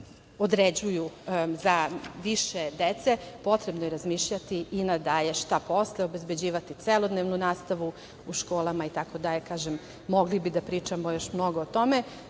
određuju za više dece. Potrebno je razmišljati i na dalje šta posle, obezbeđivati celodnevnu nastavu u školama itd. Kažem, mogli bi da pričamo još mnogo o tome. Jedna